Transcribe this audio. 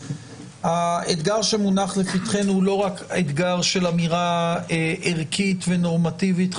האתגר שמונח לפתחנו הוא לא רק אתגר של אמירה ערכית ונורמטיבית,